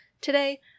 Today